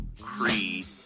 creed